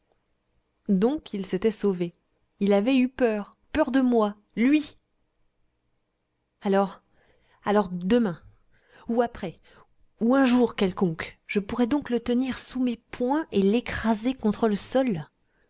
donc il s'était sauvé il avait eu peur peur de moi lui alors alors demain ou après ou un jour quelconque je pourrai donc le tenir sous mes poings et l'écraser contre le sol